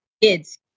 kids